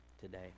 today